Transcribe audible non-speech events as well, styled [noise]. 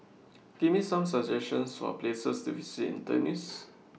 [noise] Give Me Some suggestions For Places to visit in Tunis